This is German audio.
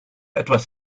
etwas